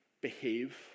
behave